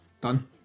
Done